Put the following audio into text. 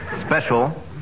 special